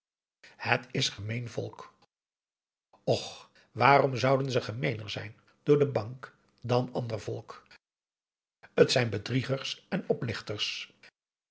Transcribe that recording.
het is gemeen volk och waarom zouden ze gemeener zijn door de bank dan ander volk t zijn bedriegers en oplichters